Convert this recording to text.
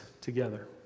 together